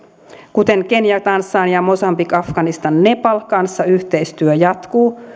kuten kenia tansania mosambik afganistan nepal kanssa yhteistyö jatkuu